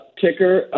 Ticker